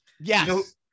Yes